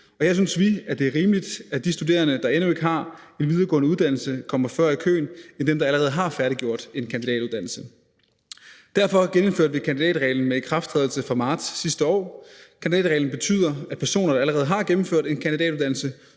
og der synes vi, det er rimeligt, at de studerende, der endnu ikke har en videregående uddannelse, kommer før i køen end dem, der allerede har færdiggjort en kandidatuddannelse. Derfor genindførte vi kandidatreglen med ikrafttrædelse fra marts sidste år. Kandidatreglen betyder, at personer, der allerede har gennemført en kandidatuddannelse,